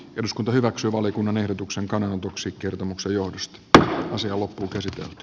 eduskunta hyväksyy valiokunnan ehdotuksen kannanotoksi kertomuksen johdosta tämä asia loppuunkäsitelty